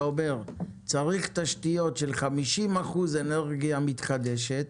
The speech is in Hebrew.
אתה אומר שצריך תשתיות של 50 אחוזים אנרגיה מתחדשת,